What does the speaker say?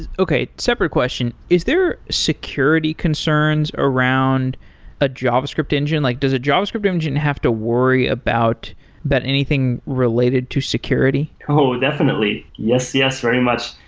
okay. separate question. is there security concerns around a javascript engine? like does a javascript engine have to worry about but anything related to security? oh, definitely. yes. yes, very much.